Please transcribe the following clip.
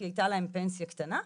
כי הייתה להם פנסיה קטנה,